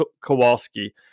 Kowalski